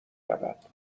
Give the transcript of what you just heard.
رود